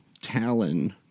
talon